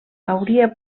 hauria